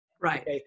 right